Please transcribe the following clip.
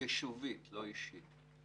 יישובית, לא אישית.